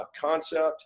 concept